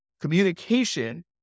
Communication